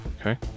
Okay